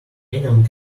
anyone